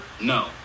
No